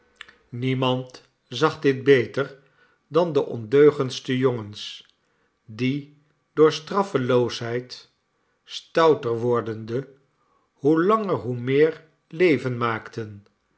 niemaiiu zag dit beter dan de ondeugendste jongens die door straffeloosheid stouter wordende hoe langer hoe meer leven maakten